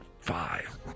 five